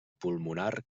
pulmonar